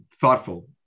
thoughtful